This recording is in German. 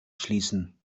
schließen